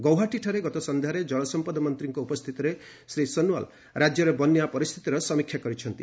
ଗୌହାଟୀଠାରେ ଗତ ସନ୍ଧ୍ୟାରେ ଜଳସମ୍ପଦ ମନ୍ତ୍ରୀଙ୍କ ଉପସ୍ଥିତିରେ ଶ୍ରୀ ସୋନୱାଲ୍ ରାଜ୍ୟର ବନ୍ୟା ପରିସ୍ଥିତିର ସମୀକ୍ଷା କରିଛନ୍ତି